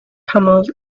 camels